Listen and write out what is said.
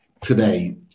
today